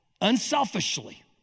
unselfishly